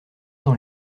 dans